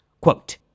Quote